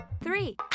three